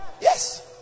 Yes